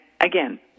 again